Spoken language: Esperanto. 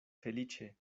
feliĉe